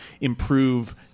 improve